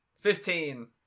Fifteen